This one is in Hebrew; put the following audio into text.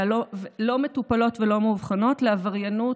לא מטופלות ולא מאובחנות לעבריינות.